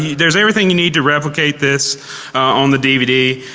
yeah there's everything you need to replicate this on the dvd.